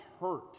hurt